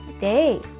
day